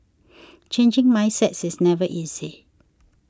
changing mindsets is never easy